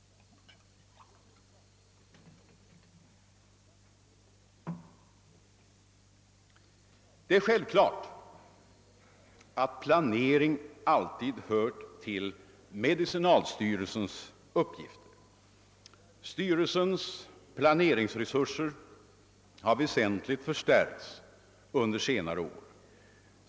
Planering har givetvis alltid hört till medicinalstyrelsens uppgifter. Styrelsens planeringsresurser har väsentligt förstärkts under senare år.